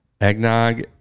Eggnog